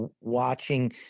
watching